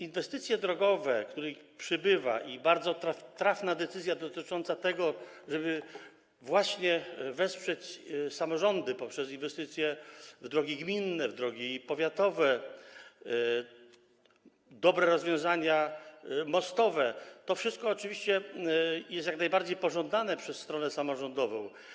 Inwestycje drogowe, których przybywa, i bardzo trafna decyzja dotycząca tego, żeby wesprzeć samorządy poprzez inwestycje w drogi gminne, w drogi powiatowe, dobre rozwiązania mostowe - to wszystko oczywiście jest jak najbardziej pożądane przez stronę samorządową.